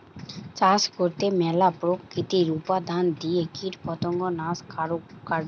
চাষ করতে ম্যালা প্রাকৃতিক উপাদান দিয়ে কীটপতঙ্গ নাশ করাঢু